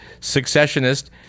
successionist